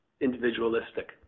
individualistic